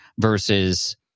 Versus